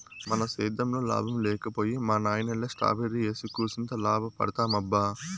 మన సేద్దెంలో లాభం లేక పోయే మా నాయనల్లె స్ట్రాబెర్రీ ఏసి కూసింత లాభపడదామబ్బా